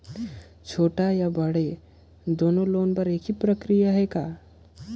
छोटे या बड़े दुनो लोन बर एक ही प्रक्रिया है का?